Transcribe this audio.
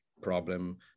problem